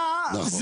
נכון.